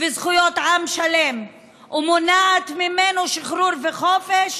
וזכויות עם שלם ומונעת ממנו שחרור וחופש